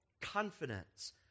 confidence